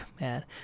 man